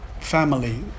family